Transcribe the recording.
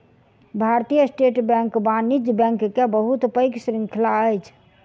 भारतीय state bank वाणिज्य bank के बहुत पैघ श्रृंखला अछि